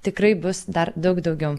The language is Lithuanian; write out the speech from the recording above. tikrai bus dar daug daugiau